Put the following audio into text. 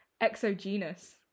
exogenous